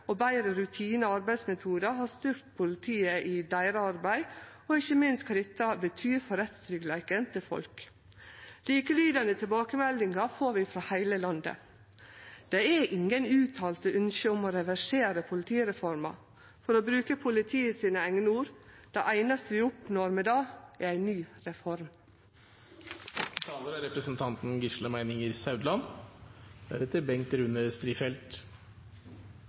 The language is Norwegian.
og betre rutinar og arbeidsmetodar har styrkt politiet i arbeidet deira, og ikkje minst kva dette betyr for rettstryggleiken til folk. Likelydande tilbakemeldingar får vi frå heile landet. Det er ingen uttalte ønske om å reversere politireforma. For å bruke politiet sine eigne ord: Det einaste vi oppnår med det, er ei ny reform.